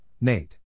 Nate